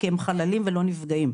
כי הם חללים ולא נפגעים.